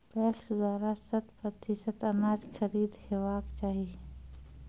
PACS द्वारा शत प्रतिसत अनाज खरीद हेवाक चाही?